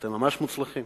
אתם ממש מוצלחים.